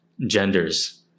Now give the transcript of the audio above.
genders